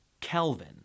Kelvin